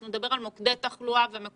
אנחנו נדבר על מוקדי תחלואה ומקומות